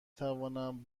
توانم